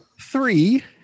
three